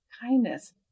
kindness